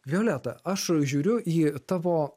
violeta aš žiūriu į tavo